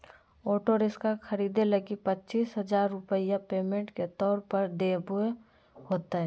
auto rickshaw खरीदे लगी पचीस हजार रूपया पेमेंट के तौर पर देवे होतय